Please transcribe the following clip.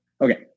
Okay